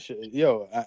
Yo